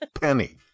penny